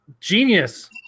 Genius